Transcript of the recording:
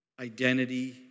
identity